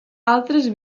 altres